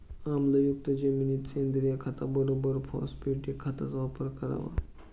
आम्लयुक्त जमिनीत सेंद्रिय खताबरोबर फॉस्फॅटिक खताचा वापर करावा